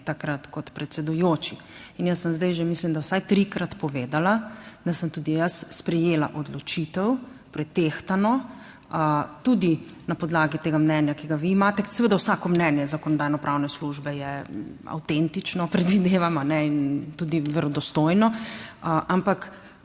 takrat kot predsedujoči in jaz sem zdaj že, mislim da vsaj trikrat povedala, da sem tudi jaz sprejela odločitev pretehtano, tudi na podlagi tega mnenja, ki ga vi imate, seveda vsako mnenje Zakonodajno-pravne službe je avtentično, predvidevam in tudi verodostojno, ampak